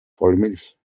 vollmilch